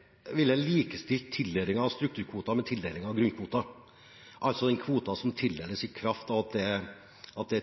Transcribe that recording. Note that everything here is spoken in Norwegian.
er